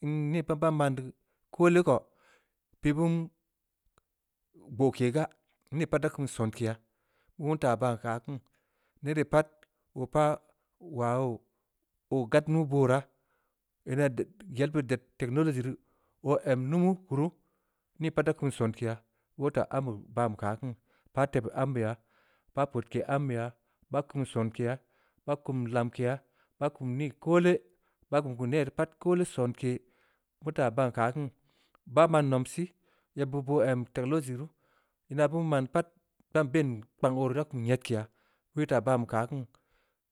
nii pat baan man dii, koole ko, pii beun gboke gaa, nii pat da kum sonkya, meu teui taa baan keu aah kiin, nere pat, oo paa waa oo, oo gad nuu booraa. ina yel beud ii ded technology rii. oo em numu, keu kuru, nii pat da kum sonkeya. woo taa ambe baan beh keu aah kiini. npah tebeu ambeya, npah peudke ambeya. baa kum sonkeya, baa kum lamkeya, baa kum nii koole, baa kum nere pat koole sonke, beuri taa baan keu aah kin, baa man nomsii, yebbeud boo em technology ruu. ina beun maan pat, baan ben kpang oo rii da kum nyedkeya. beu yii taa baan beh keu aah kin.